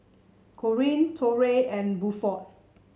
Corrine Torey and Bluford